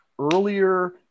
earlier